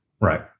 Right